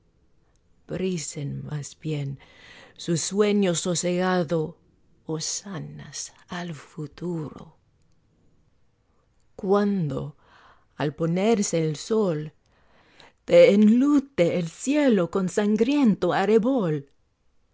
más bien su sueño sosegado hosanas al futuro cuando al ponerse el sol te enlute el cielo con sangriento